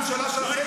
הממשלה שלכם הכי